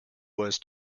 was